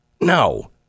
No